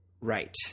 Right